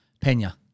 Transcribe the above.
Pena